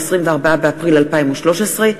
24 באפריל 2013,